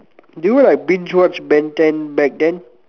do you like binge watch Ben-ten back then